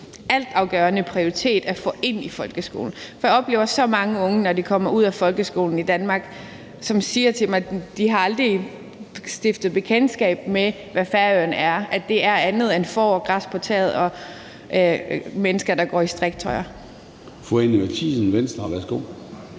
altafgørende prioritet at få det ind i folkeskolen. For jeg oplever så mange unge, som, når de kommer ud af folkeskolen i Danmark, siger til mig, at de aldrig har stiftet bekendtskab med, hvad Færøerne er, altså at det er andet end får, græs på taget og mennesker, der går i striktrøjer. Kl. 00:17 Formanden (Søren Gade):